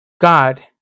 God